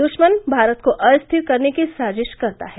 द्रश्मन भारत को अस्थिर करने की साजिश करता है